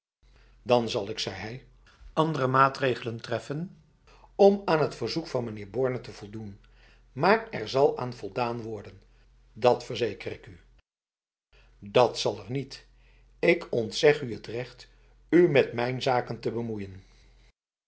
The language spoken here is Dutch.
dan zal ik zei hij andere maatregelen treffen om aan het verzoek van meneer borne te voldoen maar er zal aan voldaan worden dat verzeker ik dat zal er niet ik ontzeg u het recht u met mijn zaken te bemoeien